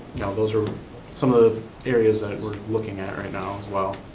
those are some of the areas that we're looking at right now as well.